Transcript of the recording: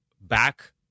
back